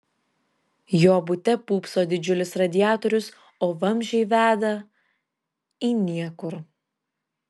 jo bute pūpso didžiulis radiatorius o vamzdžiai veda į niekur